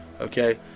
Okay